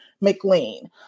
McLean